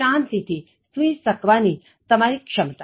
શાંતિથી સૂઈ શકવાની તમારી ક્ષમતા